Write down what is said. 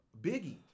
Biggie